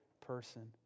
person